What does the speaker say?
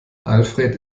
alfred